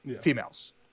females